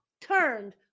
turned